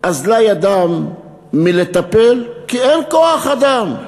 אזלה ידם מלטפל, כי אין כוח-אדם,